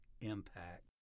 impact